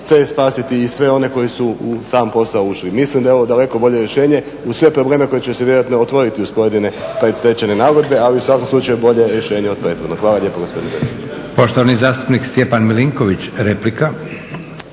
c) spasiti i sve one koji su u sam posao ušli? Mislim da je ovo daleko bolje rješenje uz sve probleme koji će se vjerojatno otvoriti uz pojedine predstečajne nagodbe, ali u svakom slučaju bolje rješenje od prethodnog. Hvala lijepo gospodine